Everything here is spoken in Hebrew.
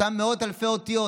אותן מאות אלפי אותיות,